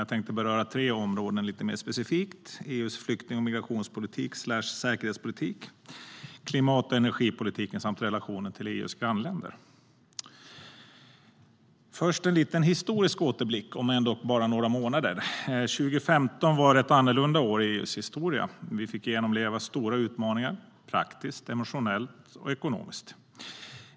Jag tänkte beröra tre områden lite mer specifikt: EU:s flykting och migrationspolitik p>Först en historisk återblick, om än bara några månader. År 2015 var ett annorlunda år i EU:s historia. Vi fick genomleva stora utmaningar praktiskt, emotionellt och ekonomiskt.